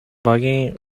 багийн